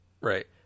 Right